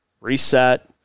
reset